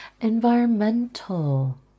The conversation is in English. environmental